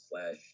slash